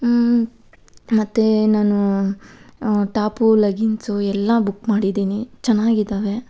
ಮತ್ತೆ ನಾನು top leggings ಎಲ್ಲ ಬುಕ್ ಮಾಡಿದ್ದೀನಿ ಚೆನ್ನಾಗಿದ್ದಾವೆ